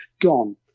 gone